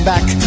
Back